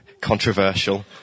controversial